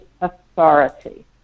authority